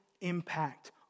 impact